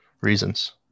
reasons